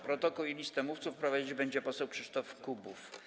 Protokół i listę mówców prowadzić będzie poseł Krzysztof Kubów.